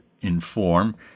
inform